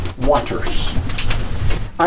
waters